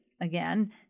again